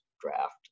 draft